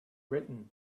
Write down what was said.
written